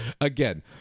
Again